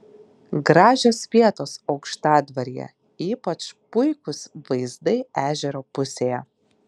gražios vietos aukštadvaryje ypač puikūs vaizdai ežero pusėje